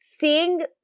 seeing